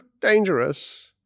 dangerous